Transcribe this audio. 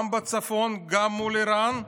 גם בצפון, גם מול איראן,